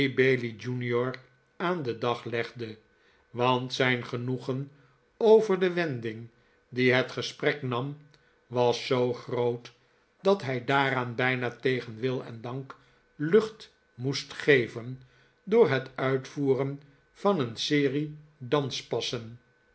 bailey junior aan den dag legde want zijn genoegen over de wending die het gesprek nam was zoo groot dat hij daaraan bijna tegen wil en dank lucht moest geven door het uitvoeren van een serie danspassendie